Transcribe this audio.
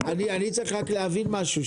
אני צריך רק להבין משהו,